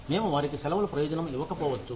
మేము వారికి సెలవు ప్రయోజనం ఇవ్వకపోవచ్చు